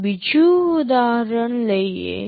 ચાલો બીજું ઉદાહરણ લઈએ